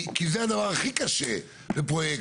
כי זה הדבר הכי קשה בפרויקט,